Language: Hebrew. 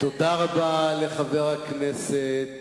תודה רבה לחבר הכנסת